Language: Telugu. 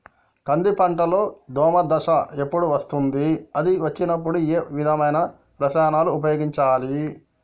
కంది పంటలో దోమ దశ ఎప్పుడు వస్తుంది అది వచ్చినప్పుడు ఏ విధమైన రసాయనాలు ఉపయోగించాలి?